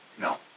No